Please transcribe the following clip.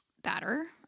Batter